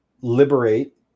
liberate